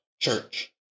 church